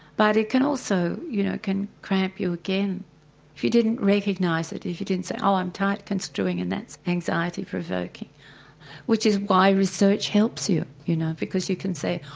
but it can also, you know, can cramp you again if you didn't recognise it, if you didn't say, oh i'm tight-construing and that's anxiety-provoking which why research helps you, you know because you can say,